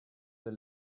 the